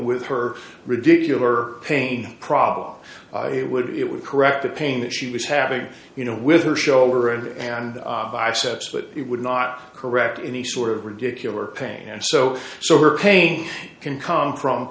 with her ridiculous pain problem it would it would correct the pain that she was having you know with her shoulder and biceps that it would not correct any sort of ridiculous pain and so so her pain can come from